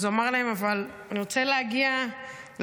אז הוא אמר להם: אבל אני רוצה להגיע להפגנה,